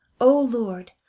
o lord,